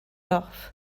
off